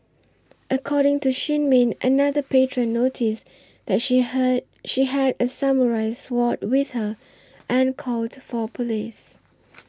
according to Shin Min another patron noticed that she heard she had a samurai sword with her and called for police